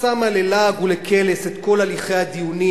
שמה ללעג ולקלס את כל הליכי הדיונים,